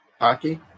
Hockey